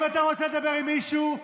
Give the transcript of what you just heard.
אם אתה רוצה לדבר עם מישהו,